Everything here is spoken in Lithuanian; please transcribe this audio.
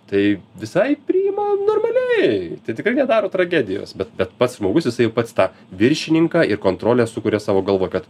tai visai priima normaliai tai tikrai nedaro tragedijos bet bet pats žmogus jisai jau pats tą viršininką ir kontrolę sukuria savo galvoj kad